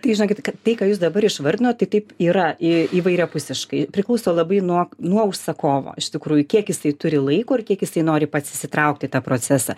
tai žinokit kad tai ką jūs dabar išvardinot tai taip yra į įvairiapusiškai priklauso labai nuo nuo užsakovo iš tikrųjų kiek jisai turi laiko ir kiek jisai nori pats įsitraukt į tą procesą